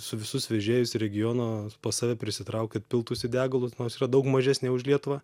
su visus vežėjus regiono pas save prisitraukt kad piltųsi degalus nors yra daug mažesnė už lietuvą